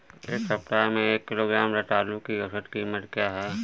इस सप्ताह में एक किलोग्राम रतालू की औसत कीमत क्या है?